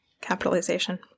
capitalization